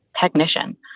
technician